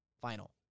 final